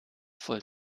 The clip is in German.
voll